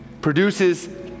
produces